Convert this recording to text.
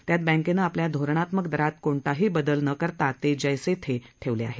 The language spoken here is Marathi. त्यात बँकेनं आपल्या धोरणात्मक दरात कोणताही बदल न करता ते जैसे थे ठेवले आहेत